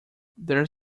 there